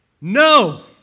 No